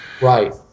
Right